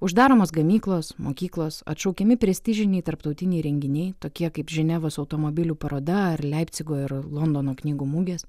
uždaromos gamyklos mokyklos atšaukiami prestižiniai tarptautiniai renginiai tokie kaip ženevos automobilių paroda ar leipcigo ir londono knygų mugės